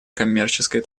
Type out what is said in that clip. коммерческой